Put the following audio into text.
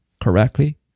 correctly